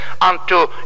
unto